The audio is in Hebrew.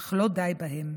אך לא די בהם.